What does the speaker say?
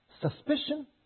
Suspicion